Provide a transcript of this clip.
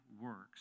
works